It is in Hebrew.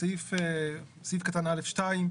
בסעיף קטן א(2),